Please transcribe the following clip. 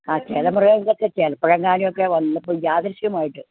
ആ ചില മൃഗങ്ങൾക്ക് ഒക്കെ ചിലപ്പോൾ എങ്ങാനും ഒക്കെ വല്ലപ്പോഴും യാദൃശ്ചികമായിട്ട്